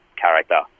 character